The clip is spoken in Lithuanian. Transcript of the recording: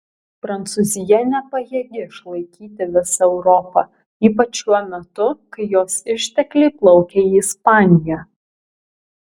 prancūzija nepajėgi išlaikyti visą europą ypač šiuo metu kai jos ištekliai plaukia į ispaniją